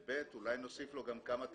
ובי"ת, אולי נוסיף לו גם כמה תחנות.